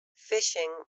fishing